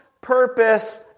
purpose